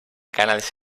canals